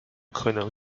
可能